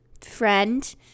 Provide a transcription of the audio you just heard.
friend